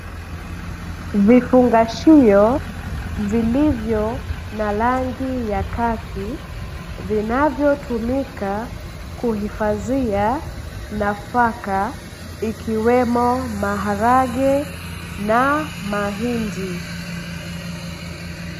Vifungashio vilivyo na rangi ya kaki, vinavyotumika kuhifadhia nafaka, ikiwemo maharage na mahindi.